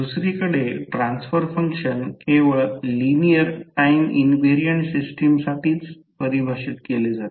दुसरीकडे transfer function केवळ linear time invariant सिस्टमसाठीच परिभाषित केले जाते